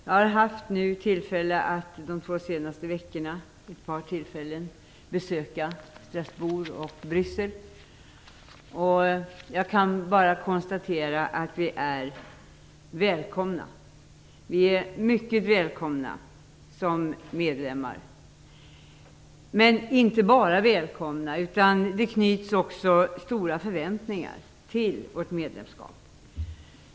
Jag har under de två senaste veckorna haft ett par tillfällen att besöka Strasbourg och Bryssel, och jag kan bara konstatera att vi är välkomna. Vi är mycket välkomna som medlemmar. Det knyts också stora förväntningar till vårt medlemskap.